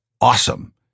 awesome